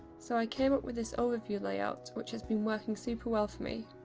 so i came up with this overview layout which has been working super well for me.